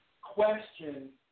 question